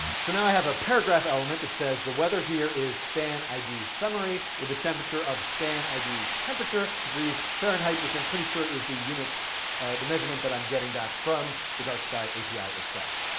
so now i have a paragraph element that says, the weather here is span id summary with a temperature of span id temperature degrees fahrenheit, which i'm pretty sure is the units the measurement that i'm getting back from the dark sky api itself.